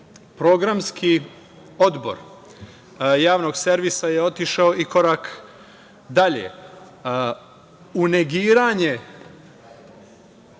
Programski odbor javnog servisa je otišao i korak dalje u negiranje